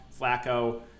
Flacco